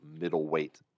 middleweight